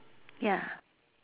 ya